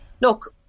look